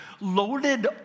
loaded